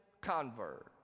convert